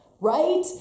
right